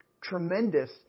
tremendous